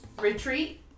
retreat